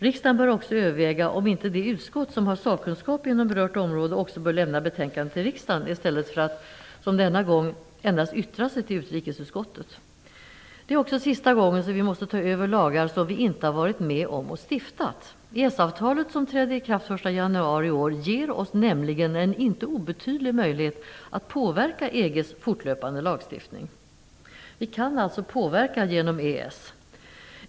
Riksdagen bör också överväga om inte det utskott som har sakkunskap inom berört område också bör lämna betänkandet till riksdagen, i stället för som denna gång endast yttra sig till utrikesutskottet. Detta är också sista gången vi måste ta över lagar som vi inte har varit med och stiftat. EES-avtalet som trädde i kraft den 1 januari i år ger oss nämligen en inte obetydlig möjlighet att påverka EG:s fortlöpande lagstiftning. Vi kan alltså påverka genom EES.